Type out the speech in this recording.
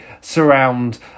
surround